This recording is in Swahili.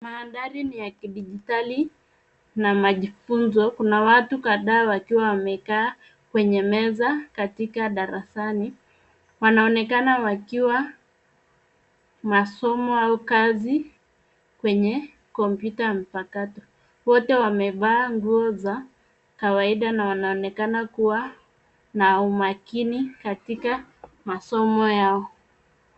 Mandhari ni ya kidijitali na majifunzo. Kuna watu kadhaa wakiwa wamekaa kwenye meza katika darasani. Wanaonekana wakiwa masomo au kazi kwenye kompyuta mpakato. Wote wamevaa nguo za kawaida na wanaonekana kuwa na umakini katika masomo yao.